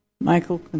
Michael